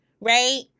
right